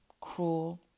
cruel